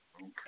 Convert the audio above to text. Okay